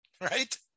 right